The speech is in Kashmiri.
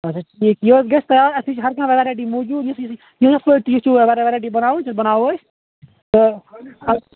اَچھا ٹھیٖک یہِ حظ گَژھِ تیار اَسہِ نِش چھِ ہر کانٛہہ ویٚرایٹی موٗجوٗد یِژھٕے یِژھٕے یِتھٕ پٲٹھۍ تُہۍ ییٚژھِو ویٚرایٹی بناوٕنۍ تتھ بَناوَو أسۍ تہٕ